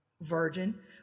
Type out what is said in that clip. virgin